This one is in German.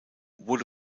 wurde